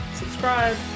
Subscribe